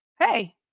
Hey